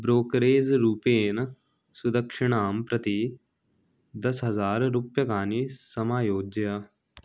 brokerage रूपेण सुदक्षणां प्रति दश हज़ार् रूप्यकाणि समायोज्य